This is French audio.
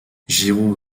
giraud